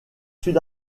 sud